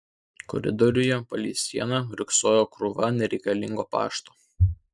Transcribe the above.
koridoriuje palei sieną riogsojo krūva nereikalingo pašto